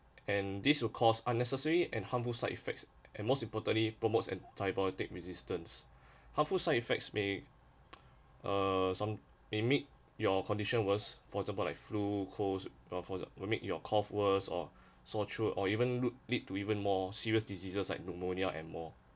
and this will cause unnecessary and harmful side effects and most importantly promotes antibiotic resistance harmful side effects may uh some may make your condition was for example like flu colds for exa~ that will make your cough worse or sore throat or even loo~ lead to even more serious diseases like pneumonia and more